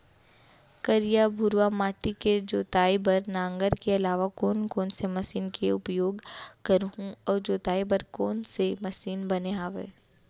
करिया, भुरवा माटी के जोताई बर नांगर के अलावा कोन कोन से मशीन के उपयोग करहुं अऊ जोताई बर कोन कोन से मशीन बने हावे?